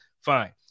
Fine